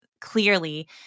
clearly